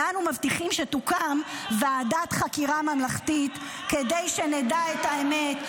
ואנו מבטיחים שתוקם ועדת חקירה ממלכתית כדי שנדע את האמת.